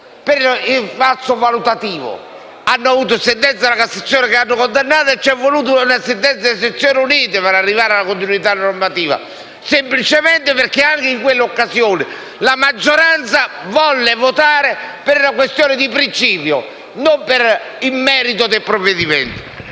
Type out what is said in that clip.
per il falso valutativo e abbiamo avuto sentenze della Cassazione che hanno condannato e ci è voluta una sentenza delle sezioni unite per arrivare alla continuità normativa, semplicemente perché, anche in quella occasione, la maggioranza volle votare per una questione di principio e non per il merito del provvedimento.